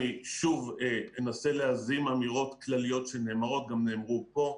אני אנסה להזים אמירות כלליות שנאמרות וגם נאמרו פה,